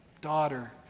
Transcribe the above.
daughter